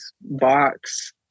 box